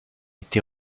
été